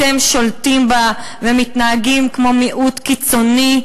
אתם שולטים בה ומתנהגים כמו מיעוט קיצוני,